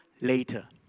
later